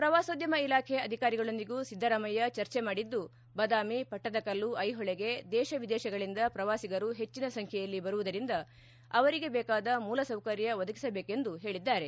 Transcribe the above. ಪ್ರವಾಸೋದ್ಯಮ ಇಲಾಖೆ ಅಧಿಕಾರಿಗಳೊಂದಿಗೂ ಸಿದ್ದರಾಮಯ್ಯ ಚರ್ಚೆ ಮಾಡಿದ್ದು ಬಾದಾಮಿ ಪಟ್ಟದಕಲ್ಲು ಐಹೊಳೆಗೆ ದೇಶ ವಿದೇಶಗಳಿಂದ ಪ್ರವಾಸಿಗರು ಹೆಚ್ಚಿನ ಸಂಖ್ಯೆಯಲ್ಲಿ ಬರುವುದರಿಂದ ಅವರಿಗೆ ಬೇಕಾದ ಮೂಲಸೌಕರ್ಯ ಒದಗಿಸಬೇಕೆಂದು ಹೇಳಿದ್ದಾರೆ